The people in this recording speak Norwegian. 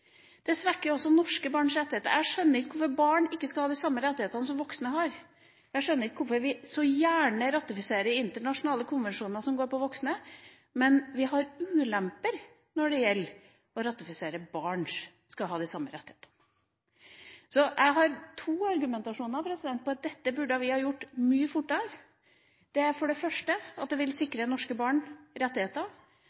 dette svekker Norge internasjonalt når vi skal kjempe for menneskerettigheter. Det svekker også norske barns rettigheter. Jeg skjønner ikke hvorfor barn ikke skal ha de samme rettighetene som voksne har. Jeg skjønner ikke hvorfor vi så gjerne ratifiserer internasjonale konvensjoner som gjelder voksne, men har ulemper når det gjelder å ratifisere barns rettigheter. Jeg har to argumenter for at dette burde vi ha gjort mye raskere – for det første at det vil